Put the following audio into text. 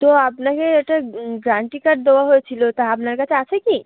তো আপনাকে একটা গ্যারান্টি কার্ড দেওয়া হয়েছিলো তা আপনার কাছে আছে কি